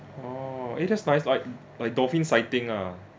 oh it's just nice like like dolphin sighting ah